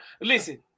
listen